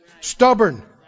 stubborn